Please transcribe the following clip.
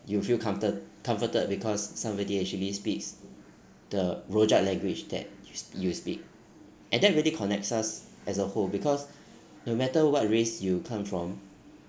you feel comfort comforted because somebody actually speaks the rojak language that y~ you speak and that really connects us as a whole because no matter what race you come from